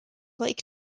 like